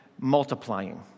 multiplying